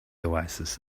oasis